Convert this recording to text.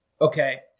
Okay